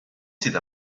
sydd